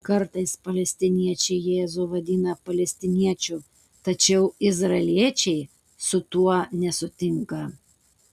kartais palestiniečiai jėzų vadina palestiniečiu tačiau izraeliečiai su tuo nesutinka